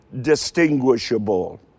distinguishable